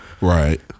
Right